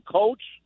coach